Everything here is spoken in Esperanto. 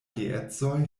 geedzoj